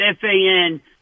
Fan